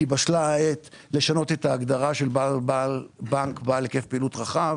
בשלב העת לשנות את ההגדרה של בנק בעל היקף פעילות רחב.